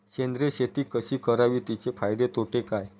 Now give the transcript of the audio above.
सेंद्रिय शेती कशी करावी? तिचे फायदे तोटे काय?